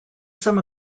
some